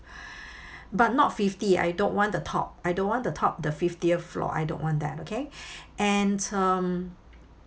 but not fifty I don't want the top I don't want the top the fiftieth floor I don't want that okay and um